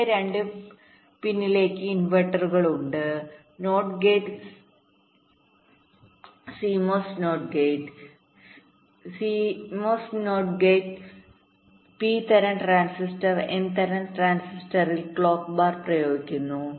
ഇവിടെ രണ്ട് പിന്നിലേക്ക് ഇൻവെർട്ടറുകൾ ഉണ്ട് നോട്ട് gate CMOS not gate CMOS not ഗേറ്റ്p തരം ട്രാൻസിസ്റ്റർ n തരം ട്രാൻസിസ്റ്ററിൽ ക്ലോക്ക് ബാർ പ്രയോഗിക്കുന്നു